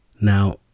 Now